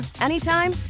anytime